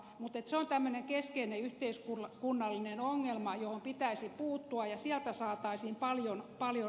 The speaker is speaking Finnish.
mutta se on tämmöinen keskeinen yhteiskunnallinen ongelma johon pitäisi puuttua ja sieltä saataisiin paljon rahaa